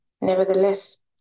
Nevertheless